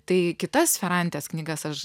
tai kitas ferantės knygas aš